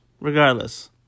Regardless